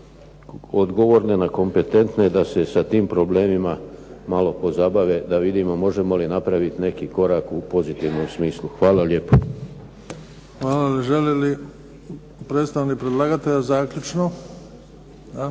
odgovorne, na kompetentne da se s tim problemima malo pozabave da vidimo možemo li napraviti neki korak u pozitivnom smislu. Hvala lijepo. **Bebić, Luka (HDZ)** Hvala. Želi li predstavnik predlagatelja zaključno?